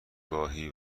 گاهی